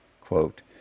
quote